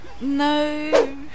no